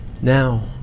Now